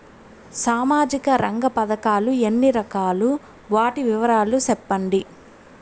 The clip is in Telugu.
సామాజిక రంగ పథకాలు ఎన్ని రకాలు? వాటి వివరాలు సెప్పండి